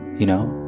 you know?